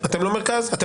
אתם לא המדינה?